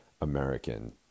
American